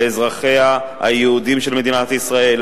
לאזרחיה היהודים של מדינת ישראל,